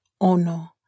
Ono